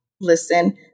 listen